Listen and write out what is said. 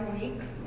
weeks